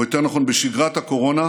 או יותר נכון בשגרת הקורונה,